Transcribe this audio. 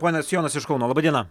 ponas jonas iš kauno laba diena